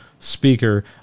Speaker